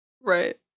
Right